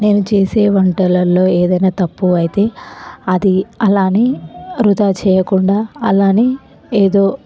నేను చేసే వంటలలో ఏదైనా తప్పు అయితే అది అలానే వృధా చెయ్యకుండా అలానే ఏదో